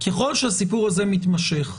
ככל שהסיפור הזה מתמשך,